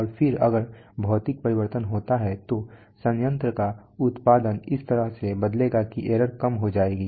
और फिर अगर भौतिक परिवर्तन होता है तो संयंत्र का उत्पादन इस तरह से बदलेगा कि एरर कम हो जाएगी